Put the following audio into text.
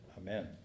Amen